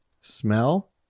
smell